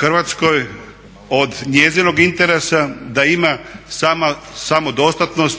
Hrvatskoj od njezinog interesa da ima samodostatnost